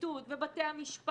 הפרקליטות ובתי המשפט,